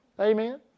Amen